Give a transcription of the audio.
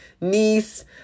niece